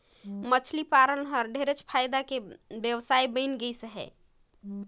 मछरी पालन हर ढेरे फायदा के बेवसाय बन गइस हे